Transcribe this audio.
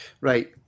Right